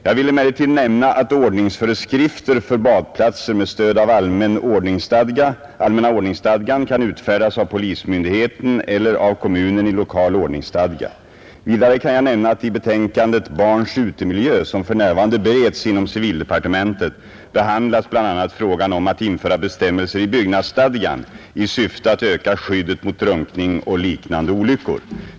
Jag vill emellertid nämna att ordningsföreskrifter för badplatser med stöd av allmänna ordningsstadgan kan utfärdas av polismyndigheten eller av kommunen i lokal ordningsstadga. Vidare kan jag nämna att i betänkandet Barns utemiljö, som för närvarande bereds inom civildepartementet, behandlas bl.a. frågan om att införa bestämmelser i byggnadsstadgan i syfte att öka skyddet mot drunkning och liknande olyckor.